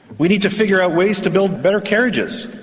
we need to figure out ways to build better carriages.